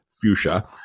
fuchsia